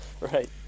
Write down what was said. Right